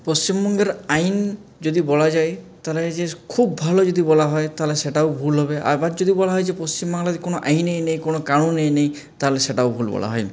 পশ্চিমবঙ্গের আইন যদি বলা যায় তাহলে যে খুব ভালো যদি বলা হয় তাহলে সেটাও ভুল হবে আবার যদি বলা হয় যে পশ্চিমবাংলার কোনো আইনই নেই কোনো কানুনই নেই তাহলে সেটাও ভুল বলা হয়